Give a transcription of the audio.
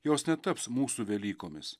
jos netaps mūsų velykomis